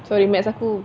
sorry maths aku